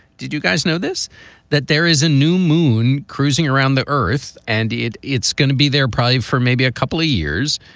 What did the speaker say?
did you guys notice that there is a new moon cruising around the earth and it's going to be there probably for maybe a couple of years?